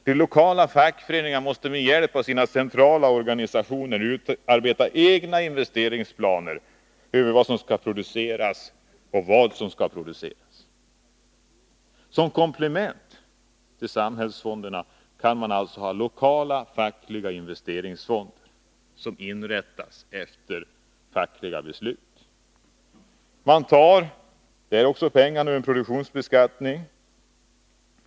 De lokala fackföreningarna måste med hjälp av sina centrala organisationer utarbeta egna investeringsplaner och planer för vad som skall produceras och hur produktionen skall ske. Som komplement till samhällsfonderna kan man ha lokala fackliga investeringsfonder, som inrättas efter fackliga beslut. Kapital till fonderna tas ut genom produktionsbeskattning.